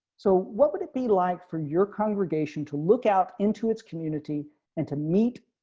so, what would it be like for your congregation to look out into its community and to meet